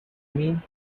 mean